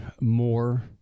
more